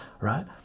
right